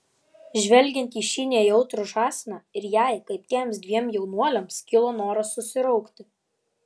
žvelgiant į šį nejautrų žąsiną ir jai kaip tiems dviem jaunuoliams kilo noras susiraukti